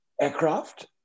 aircraft